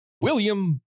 William